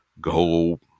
go